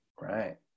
right